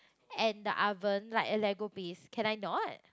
and the oven like a lego piece can I not